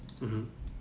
mmhmm